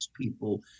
people